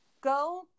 Go